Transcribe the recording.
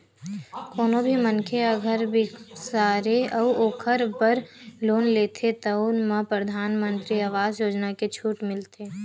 कोनो भी मनखे ह घर बिसाथे अउ ओखर बर लोन लेथे तउन म परधानमंतरी आवास योजना के छूट मिलथे